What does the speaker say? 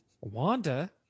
Wanda